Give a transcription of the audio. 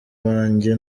banjye